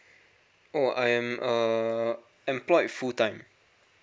oh I am uh employed full time